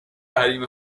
حریم